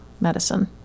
medicine